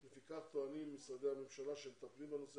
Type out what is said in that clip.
לפיכך טוענים משרדי הממשלה שמטפלים בנושא